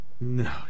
No